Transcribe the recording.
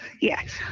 yes